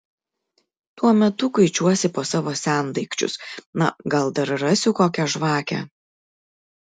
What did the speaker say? tuo metu kuičiuosi po savo sendaikčius na gal dar rasiu kokią žvakę